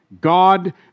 God